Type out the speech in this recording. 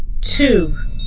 two